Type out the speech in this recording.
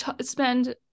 spend